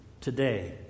Today